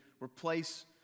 replace